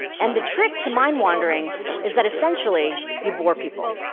and the trick to mind-wandering is that essentially, you bore people.